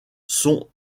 sont